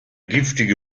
giftige